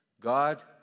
God